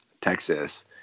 Texas